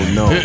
no